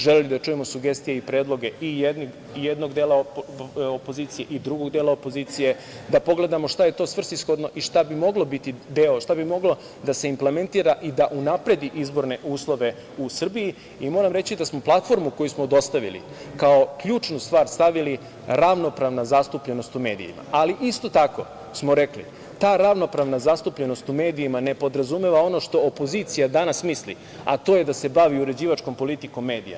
Želimo da čujemo sugestije i predloge i jednog dela opozicije i drugog dela opozicije, da pogledamo šta je to svrsishodno i šta bi moglo biti deo, šta bi moglo da se implementira i da unapredi izborne uslove u Srbiji i moram reći da smo platformu koju smo dostavili, kao ključnu stvar stavili ravnopravno na zastupljenost u medijima, ali isto tako smo rekli ta ravnopravna zastupljenost u medijima ne podrazumeva ono što opozicija danas misli, a to je da se bavi uređivačkom politikom medija.